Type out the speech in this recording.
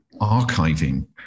archiving